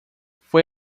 foi